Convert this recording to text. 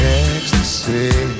ecstasy